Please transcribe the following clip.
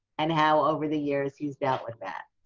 and how over the years, he's dealt with that.